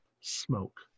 smoke